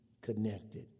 connected